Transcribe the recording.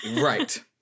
Right